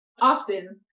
often